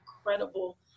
incredible